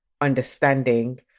understanding